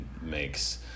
makes